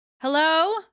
Hello